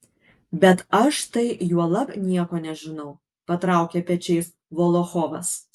bet aš tai juolab nieko nežinau patraukė pečiais volochovas